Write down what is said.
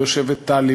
ויושבת טלי,